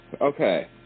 okay